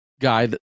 guy